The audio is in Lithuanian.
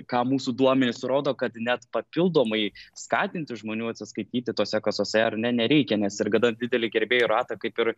ką mūsų duomenys rodo kad net papildomai skatinti žmonių atsiskaityti tose kasose ar ne nereikia nes ir kada didelį gerbėjų ratą kaip ir